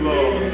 Lord